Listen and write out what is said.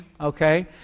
okay